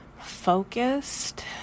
focused